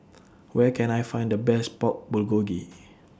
Where Can I Find The Best Pork Bulgogi